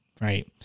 right